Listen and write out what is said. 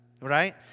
right